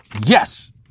Yes